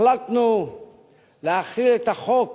החלטנו להחיל את החוק